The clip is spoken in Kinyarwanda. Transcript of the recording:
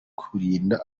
kurinda